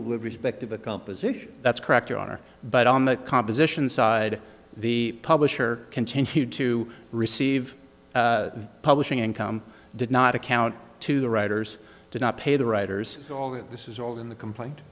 it would respect of a composition that's correct your honor but on the composition side the publisher continued to receive publishing income did not account to the writers did not pay the writers although this is all in the complaint